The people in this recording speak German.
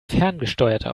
ferngesteuerte